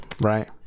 right